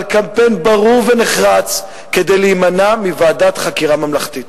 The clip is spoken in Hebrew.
אבל קמפיין ברור ונחרץ כדי להימנע מוועדת חקירה ממלכתית.